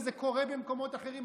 וזה קורה במקומות אחרים.